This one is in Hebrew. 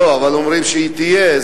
לא, אבל אומרים שהיא תהיה.